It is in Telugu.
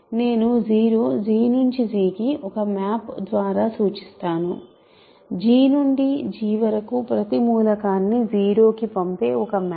నేను 0 GG కి ఒక మ్యాప్ ద్వారా సూచిస్తాను ఇది G నుండి G వరకు ప్రతి మూలకాన్ని 0 కి పంపే ఒక మ్యాప్